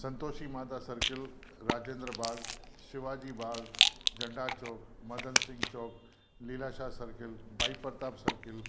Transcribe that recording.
Santoshi Mata circle Rajendra Bagh Shivaji Bagh Jhanda Chowk Madan Singh Chowk Lilashah circle Bhai Pratap circle